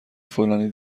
فلانی